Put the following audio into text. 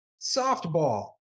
softball